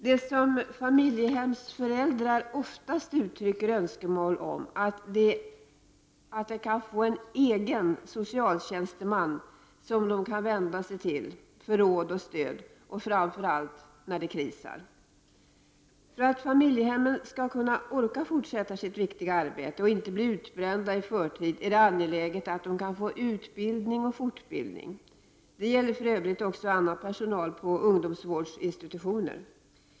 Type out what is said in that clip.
Det som familjehemsföräldrar oftast uttrycker önskemål om är att de kan få en ”egen” socialtjänsteman att vända sig till för råd och stöd, särskilt när det ”krisar”. För att familjehemsföräldrarna skall kunna orka fortsätta sitt viktiga arbete och inte blir utbrända i förtid är det angeläget att de kan få utbildning och fortbildning. Detta gäller för övrigt också personal på ungdomsvårdsinstitutioner.